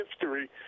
history